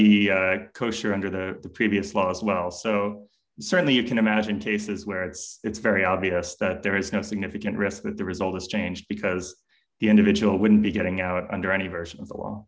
be kosher under the previous law as well so certainly you can imagine cases where it's it's very obvious that there is no significant risk that the result has changed because the individual wouldn't be getting out under any version of the law